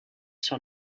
sur